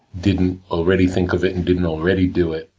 didn't already think of it, and didn't already do it,